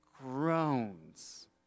groans